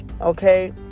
Okay